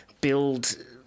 build